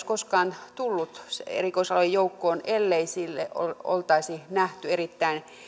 koskaan tullut erikoisalojen joukkoon ellei sille oltaisi nähty erittäin